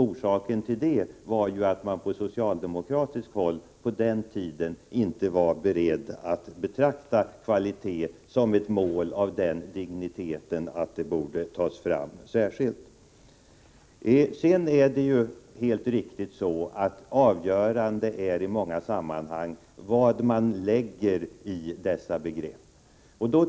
Orsaken därtill var att man på socialdemokratiskt håll på den tiden inte var beredd att betrakta kvalitet som ett mål av den digniteten att det borde föras fram särskilt. Sedan är det helt riktigt att avgörande i många sammanhang är vad man lägger in i de tre begreppen frihet, mångfald och kvalitet.